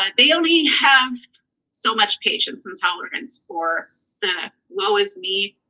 ah they only have so much patience and tolerance for the, woe is me.